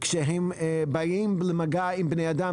כשהם באים במגע עם בני אדם,